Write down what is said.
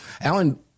Alan